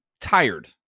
tired